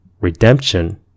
redemption